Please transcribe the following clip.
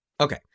Okay